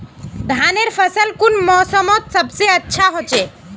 धानेर फसल कुन मोसमोत सबसे अच्छा होचे?